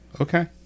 okay